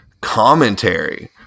commentary